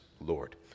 Lord